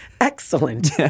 Excellent